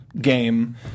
Game